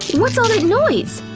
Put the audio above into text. what's all that noise?